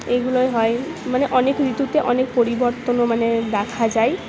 এগুলোই হয় মানে অনেক ঋতুতে অনেক পরিবর্তনও মানে দেখা যায়